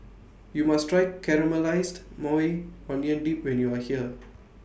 YOU must Try Caramelized Maui Onion Dip when YOU Are here